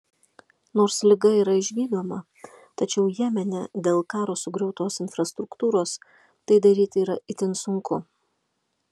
nors liga yra išgydoma tačiau jemene dėl karo sugriautos infrastruktūros tai daryti yra itin sunku